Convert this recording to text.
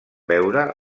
veure